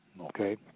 Okay